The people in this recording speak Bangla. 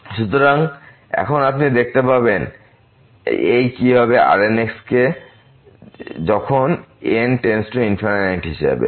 eθx0θ1 সুতরাং এখন আপনি দেখতে পাবেন এই কি হবে Rn কে n→∞ হিসাবে